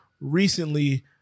recently